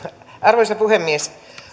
arvoisa puhemies